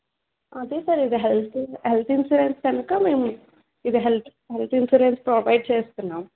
అదే సార్ ఇది health health insurance కనుక మేము ఇది హెల్త్ హెల్త్ ఇన్సూరెన్స్ ప్రొవైడ్ చేస్తున్నాం